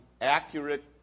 accurate